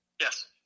Yes